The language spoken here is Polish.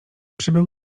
przybył